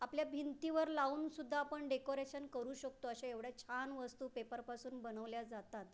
आपल्या भिंतीवर लावूनसुद्धा आपण डेकोरेशन करू शकतो अशा एवढ्या छान वस्तू पेपरपासून बनवल्या जातात